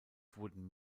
wurden